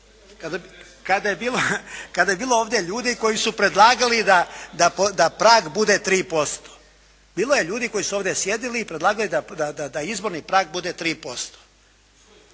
kada je bilo ovdje ljudi koji su predlagali da prag bude 3%. Bilo je ljudi koji su ovdje sjedili i predlagali da izborni prag bude 3%.